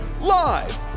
live